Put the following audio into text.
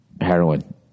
heroin